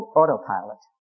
autopilot